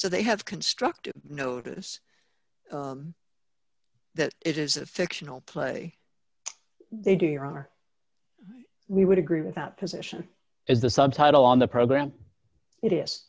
so they have constructive notice that it is a fictional play they do your honor we would agree with that position is the subtitle on the program it is